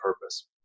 purpose